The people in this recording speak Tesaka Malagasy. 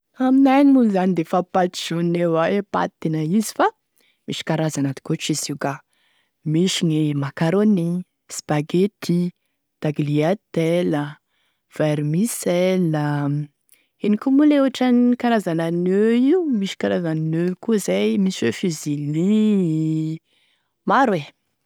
Aminay agny moa zany da efa e pâte jaune io avao e tena misy fa misy karazany atokotry izy io ka: misy gne macaroni, spaghetti, tagliatelle, vermicelle, ino koa moa le ohatrany karazana nœud misy karazany noeud io koa zay, misy hoe fusili, maro e.